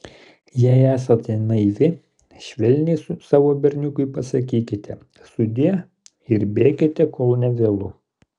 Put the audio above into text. jei esate naivi švelniai savo berniukui pasakykite sudie ir bėkite kol nevėlu